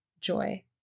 joy